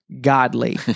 Godly